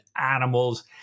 animals